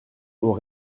aux